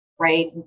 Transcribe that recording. right